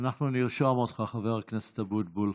אנחנו נרשום אותך, חבר הכנסת אבוטבול.